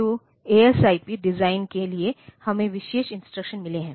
तो ASIP design के लिए हमें विशेष इंस्ट्रक्शन मिले हैं